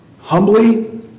humbly